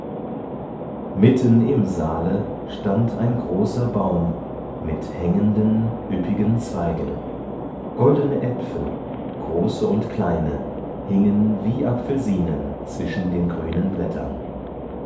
mitten im saale stand ein großer baum mit hängenden üppigen zweigen goldene äpfel große und kleine hingen wie apfelsinen zwischen den grünen blättern